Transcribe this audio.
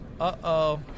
uh-oh